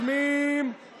מי אתה בכלל?